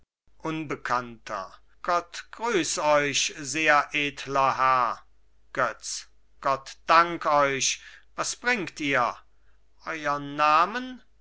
unbekannter gott grüß euch sehr edler herr götz gott dank euch was bringt ihr euern namen